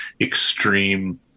extreme